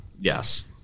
Yes